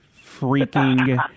freaking